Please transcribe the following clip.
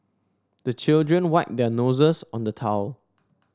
the children wipe their noses on the towel